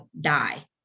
die